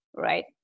right